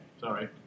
Sorry